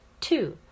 Two